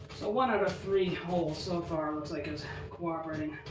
so one out of three holes so far looks like it's cooperating.